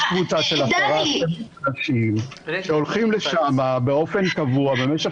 יש קבוצה של עשרה-12 אנשים שהולכים לשם באופן קבוע במשך